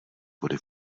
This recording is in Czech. vody